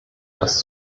das